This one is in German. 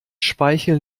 speichel